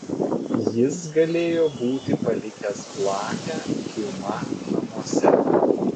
jis galėjo būti palikęs blakę diuma namuose